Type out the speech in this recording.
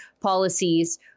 policies